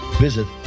visit